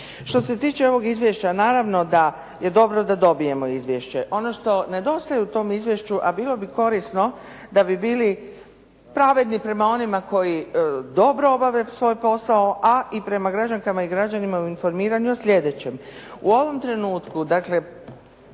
Što se tiče ovog izvješća, naravno da je dobro da dobijemo izvješće. Ono što nedostaje u tom izvješću, a bilo bi korisno da bi bili pravedni prema onima koji dobro obave svoj posao, a i prema građankama i građanima u informiranju o sljedećem. U ovom trenutku, dakle